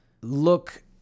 look